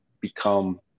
become